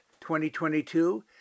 2022